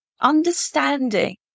understanding